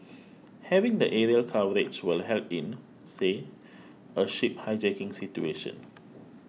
having the aerial coverage will help in say a ship hijacking situation